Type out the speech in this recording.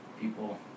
People